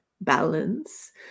balance